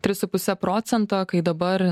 tris su puse procento kai dabar